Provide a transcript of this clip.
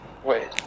Wait